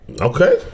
Okay